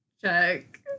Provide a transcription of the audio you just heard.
check